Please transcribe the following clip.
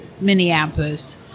Minneapolis